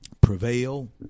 prevail